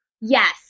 Yes